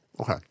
Okay